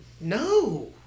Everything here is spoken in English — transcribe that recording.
No